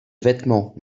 vêtement